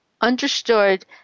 understood